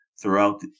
throughout